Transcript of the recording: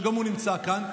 שגם הוא נמצא כאן,